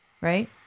right